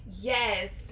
yes